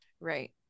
Right